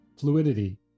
Fluidity